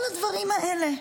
כל הדברים האלה.